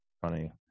funny